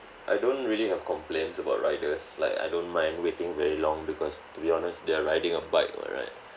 I don't really have complaints about riders like I don't mind waiting very long because to be honest they're riding a bike [what] right